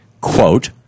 quote